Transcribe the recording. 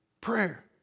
Prayer